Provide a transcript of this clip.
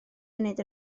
munud